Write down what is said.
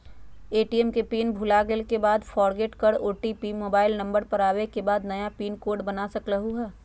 ATM के pin भुलागेल के बाद फोरगेट कर ओ.टी.पी मोबाइल नंबर पर आवे के बाद नया पिन कोड बना सकलहु ह?